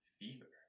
Fever